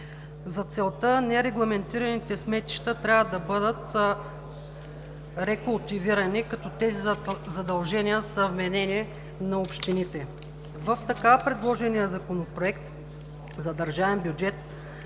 За целта нерегламентираните сметища трябва да бъдат рекултивирани, като тези задължения са вменени на общините. В предложения Законопроект за държавния бюджет